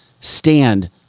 stand